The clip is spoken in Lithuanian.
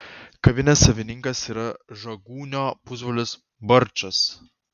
kavinės savininkas yra žagūnio pusbrolis barčas